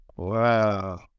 Wow